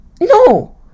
no